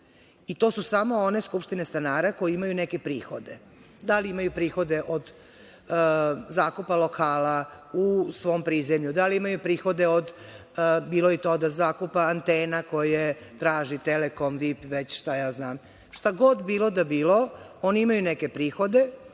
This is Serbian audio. To su samo one skupštine stanara koji imaju neke prihode. Da li imaju prihode od zakupa lokala u svom prizemlju, da li imaju prihode od, bilo je i to, zakupa antena koje traži „Telekom“, VIP, šta znam. Šta god bilo da bilo, oni imaju neke prihode